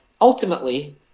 ultimately